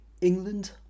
England